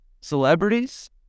Celebrities